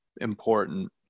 important